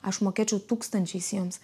aš mokėčiau tūkstančiais jiems